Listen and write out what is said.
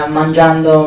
mangiando